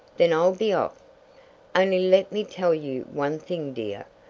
then i'll be off. only let me tell you one thing dear,